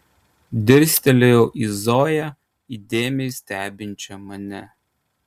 dirstelėjau į zoją įdėmiai stebinčią mane